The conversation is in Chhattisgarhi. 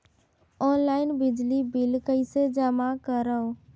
ऑनलाइन बिजली बिल कइसे जमा करव?